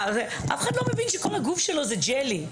ואף אחד לא מבין שכל הגוף שלו הוא ג'לי.